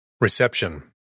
Reception